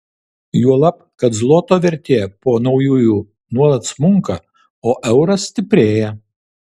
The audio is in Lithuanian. juolab kad zloto vertė po naujųjų nuolat smunka o euras stiprėja